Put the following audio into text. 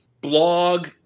blog